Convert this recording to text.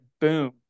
boom